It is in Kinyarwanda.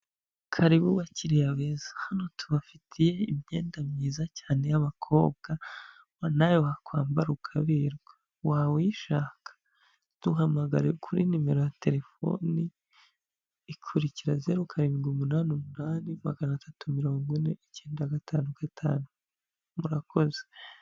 Karibu bakiriya beza, hano tubafitiye imyenda myiza cyane y'abakobwa ngo nawe wakwambara ukaberwa, waba uyishaka? duhamagare kuri nimero ya terefoni ikurikira: zeru karindwi umunani umunani maganatatu mirongo ine icyenda gatanu gatanu, murakoze.